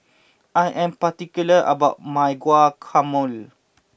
I am particular about my Guacamole